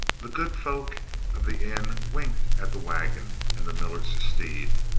the good folk of the inn winked at the wagon and the miller's steed,